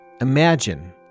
Imagine